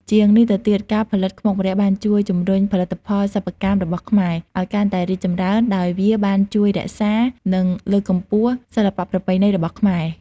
ជាងនេះទៅទៀត ការផលិតខ្មុកម្រ័ក្សណ៍បានជួយ ជំរុញផលិតផលសិប្បកម្មរបស់ខ្មែរ ឲ្យកាន់តែរីកចម្រើន ដោយវាបានជួយរក្សា និងលើកកម្ពស់សិល្បៈប្រពៃណីរបស់ខ្មែរ ។